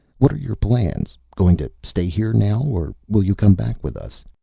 what are your plans? going to stay here now? or will you come back with us?